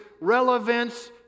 relevance